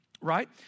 Right